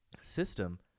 System